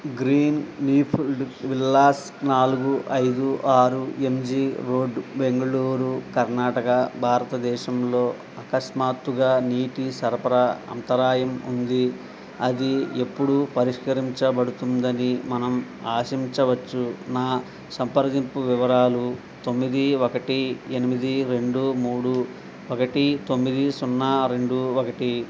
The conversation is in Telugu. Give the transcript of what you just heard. గ్రీన్ ఫీల్డ్ విల్లాస్ నాలుగు ఐదు ఆరు M G road Bengaluru Karnataka భారతదేశంలో అకస్మాత్తుగా నీటి సరఫరా అంతరాయం ఉంది అది ఎప్పుడు పరిష్కరించబడుతుందని మనం ఆశించవచ్చు నా సంప్రదింపు వివరాలు తొమ్మిది ఒకటి ఎనిమిది రెండు మూడు ఒకటి తొమ్మిది సున్నా రెండు ఒకటి